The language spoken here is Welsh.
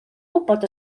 gwybod